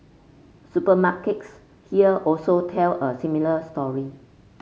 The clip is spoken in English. supermarkets here also tell a similar story